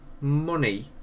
money